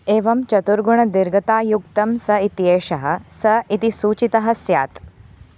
एवं चतुर्गुणदीर्घतायुक्तं सः इत्येषः सः इति सूचितः स्यात्